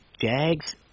Jags